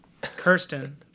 Kirsten